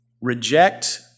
Reject